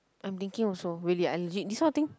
I'm thinking also really I legit this kind of thing